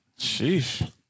Sheesh